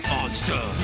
Monster